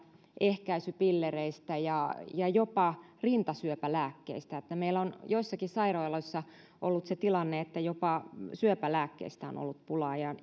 ehkäisypillereistä ja ja jopa rintasyöpälääkkeistä eli meillä on joissakin sairaaloissa ollut se tilanne että jopa syöpälääkkeistä on ollut pulaa ja